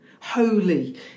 holy